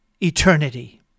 eternity